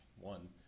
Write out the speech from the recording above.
One